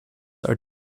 are